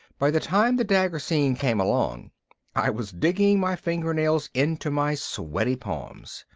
by the time the dagger scene came along i was digging my fingernails into my sweaty palms.